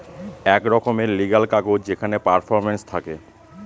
এক রকমের লিগ্যাল কাগজ যেখানে পারফরম্যান্স থাকে